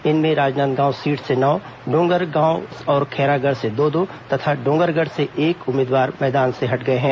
इनमें राजनांदगांव सीट से नौ डोंगरगांव और खैरागढ़ से दो दो तथा डोंगरगढ़ से एक उम्मीदवार चुनाव मैदान से हट गए हैं